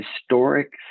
historic